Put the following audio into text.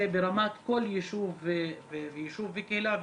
ברמת כל יישוב ויישוב וקהילה וקהילה.